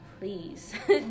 please